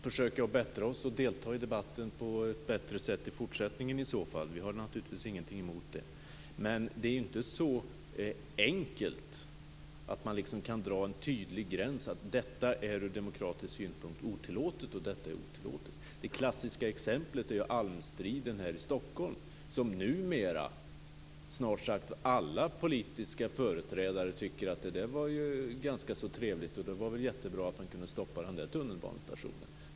Fru talman! Vi får väl försöka bättra oss och i fortsättningen delta mer i debatten. Det har vi naturligtvis ingenting emot. Men det är inte så enkelt att man kan dra en tydlig gräns mellan vad som är ur demokratisk synpunkt tillåtligt och otillåtligt. Det klassiska exemplet är almstriden här i Stockholm, som numera snart sagt alla politiska företrädare tycker var ganska så trevlig - det var väl jättebra att man kunde stoppa bygget av tunnelbanestationen i fråga.